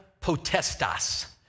potestas